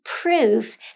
proof